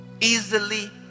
easily